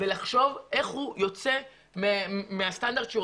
לחשוב איך הוא יוצא מהסטנדרט אליו הוא